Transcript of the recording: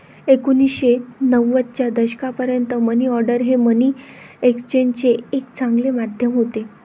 एकोणीसशे नव्वदच्या दशकापर्यंत मनी ऑर्डर हे मनी एक्सचेंजचे एक चांगले माध्यम होते